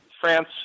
France